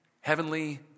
heavenly